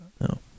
No